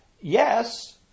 yes